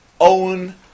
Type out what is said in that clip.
Own